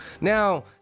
Now